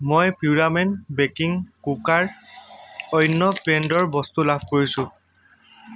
মই পিউৰামেট baking cooker অন্য ব্ৰেণ্ডৰ বস্তু লাভ কৰিছোঁ